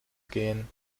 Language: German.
gehen